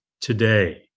today